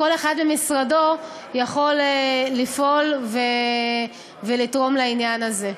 כל אחד במשרדו יכול לפעול ולתרום לעניין הזה.